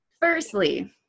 Firstly